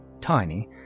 tiny